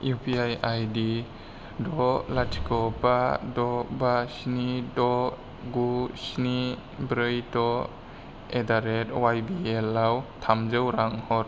U P I I D द लाथिख' बा द बा स्नि द गु स्नि ब्रै द एडडारेट वाइ बि एल आव थामजौ रां हर